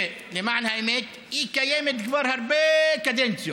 שלמען האמת קיימת כבר הרבה קדנציות,